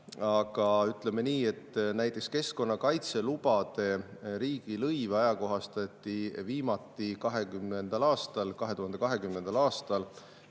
Aga ütleme nii, et näiteks keskkonnakaitselubade riigilõive ajakohastati viimati 2020. aastal,